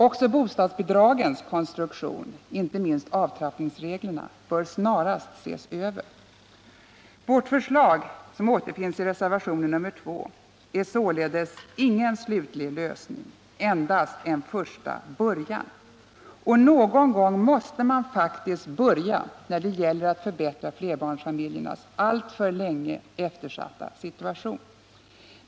Också bostadsbidragens konstruktion, inte minst avtrappningsreglerna, bör snarast ses över. Vårt förslag, som återfinns i reservationen 2, är således ingen slutlig lösning, endast en första början. Någon gång måste man faktiskt börja när det gäller att förbättra flerbarnsfamiljernas alltför länge eftersatta situation.